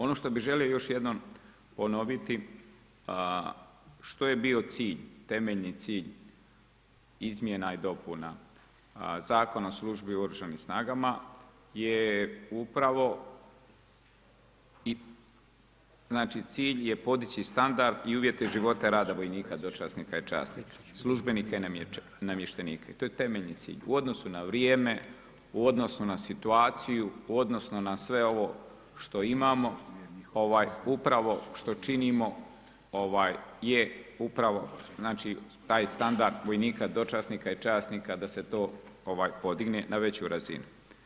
Ono što bih želio još jednom ponoviti što je bio cilj, temeljni cilj izmjena i dopuna Zakona o službi u Oružanim snagama je upravo i znači cilj je podići standard i uvjete života i rada vojnika, dočasnika i časnika, službenika i namještenika i to je temeljni cilj u odnosu na vrijeme, u odnosu na situaciju, u odnosu na sve ovo što imamo upravo što činimo je upravo znači taj standard vojnika i dočasnika i časnika da se to podigne na veću razinu.